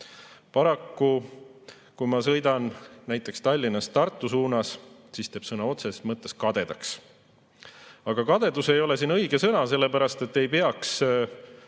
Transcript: Paraku, kui ma sõidan näiteks Tallinnast Tartu suunas, siis teeb sõna otseses mõttes kadedaks. Aga "kadedus" ei ole siin õige sõna, sellepärast et ei peaks